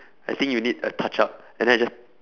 I think you need a touch up and then I just